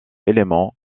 éléments